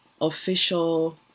official